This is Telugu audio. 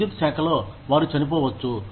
విద్యుత్ శాఖలో వారు చనిపోవచ్చు